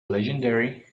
legendary